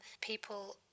people